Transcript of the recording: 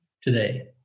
today